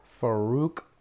Farouk